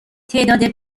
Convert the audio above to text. تعداد